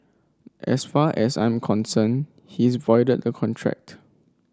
as far as I'm concerned he's voided the contract